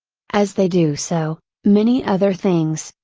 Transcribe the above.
as they do so, many other things,